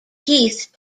heath